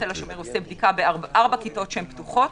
שעושה פילוט בארבע כיתות פתוחות